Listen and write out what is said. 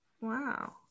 wow